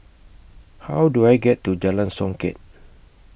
How Do I get to Jalan Songket